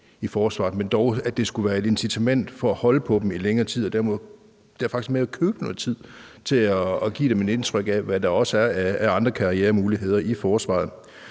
men dog, at det skulle være et incitament for at holde på dem i længere tid og dermed faktisk købe noget tid til at give dem et indtryk af, hvad der er af andre karrieremuligheder i forsvaret.